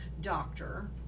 doctor